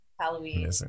Halloween